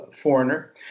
foreigner